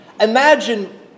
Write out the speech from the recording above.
Imagine